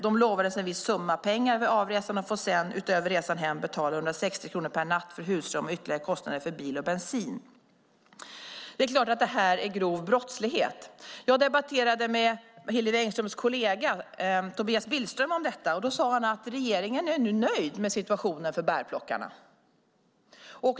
De lovades en viss summa pengar vid avresan och får sedan betala 160 kr per natt för husrum och ytterligare kostnader för bil och bensin." Det är klart att det är grov brottslighet. Jag debatterade med Hillevi Engströms kollega Tobias Billström om detta. Han sade att regeringen nu är nöjd med situationen för bärplockarna.